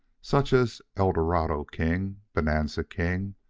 such as eldorado king, bonanza king,